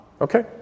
Okay